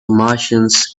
martians